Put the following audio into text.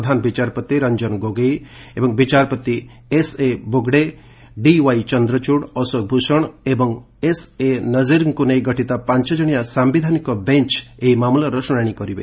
ପ୍ରଧାନ ବିଚାରପତି ରଙ୍କନ ଗୋଗୋଇ ଏବଂ ବିଚାରପତି ଏସ୍ଏବୋଗ୍ଡେ ଡିୱାଇ ଚନ୍ଦ୍ରଚୂଡ଼ ଅଶୋକଭୂଷଣ ଏବଂ ଏସ୍ଏ ନଜୀରଙ୍କୁ ନେଇ ଗଠିତ ପାଞ୍ଚଜଣିଆ ସାୟିଧାନିକ ବେଞ୍ ଏହି ମାମଲାର ଶୁଣାଣି କରିବେ